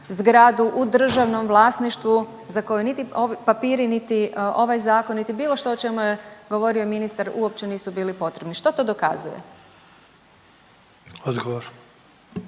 zgradu u državnom vlasništvu za koju niti papiri, niti ovaj Zakon, niti bilo što o čemu je govorio ministar uopće nisu bili potrebni? Što to dokazuje?